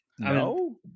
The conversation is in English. no